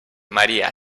maria